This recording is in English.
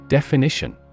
Definition